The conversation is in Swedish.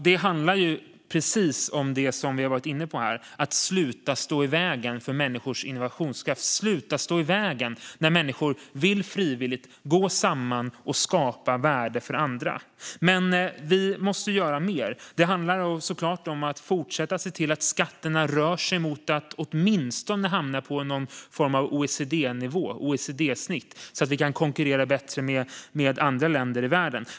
Det handlar precis om det som vi har varit inne på, nämligen att sluta stå i vägen för människors innovationskraft och sluta stå i vägen när människor frivilligt vill gå samman och skapa värde för andra. Men vi måste göra mer. Det handlar såklart om att fortsätta se till att skatterna rör sig mot att åtminstone hamna på ett OECD-snitt så att vi kan konkurrera bättre med andra länder i världen.